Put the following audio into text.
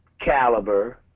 caliber